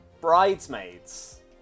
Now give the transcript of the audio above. Bridesmaids